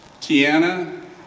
Tiana